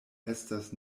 estas